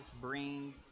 bring